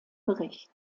bericht